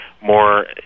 more